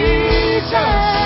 Jesus